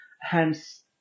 hence